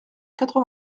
quatre